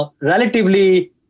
relatively